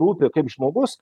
rūpi kaip žmogus